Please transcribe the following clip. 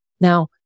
Now